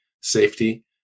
safety